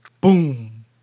boom